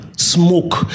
smoke